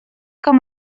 com